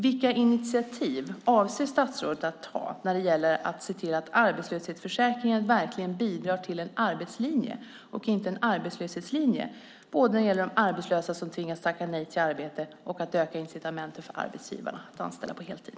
Vilka initiativ avser statsrådet att ta för att se till att arbetslöshetsförsäkringen verkligen bidrar till en arbetslinje och inte till en arbetslöshetslinje, när det gäller både de arbetslösa som tvingas tacka nej till arbete och att öka incitamenten för arbetsgivarna att anställa på heltid?